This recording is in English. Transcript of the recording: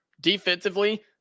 Defensively